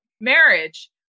marriage